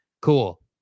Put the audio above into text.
cool